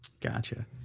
Gotcha